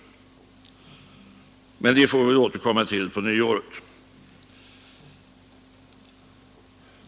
Men det får vi väl återkomma till på nyåret.